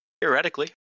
Theoretically